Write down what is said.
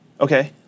Okay